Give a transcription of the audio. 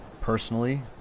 personally